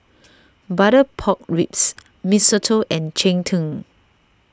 Butter Pork Ribs Mee Soto and Cheng Tng